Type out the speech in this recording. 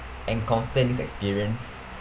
encounter this experience